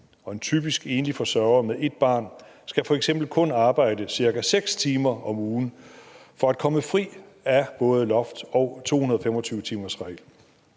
En typisk enlig forsørger med et barn skal f.eks. kun arbejde ca. 6 timer om ugen for at komme fri af både loftet og 225-timersreglen.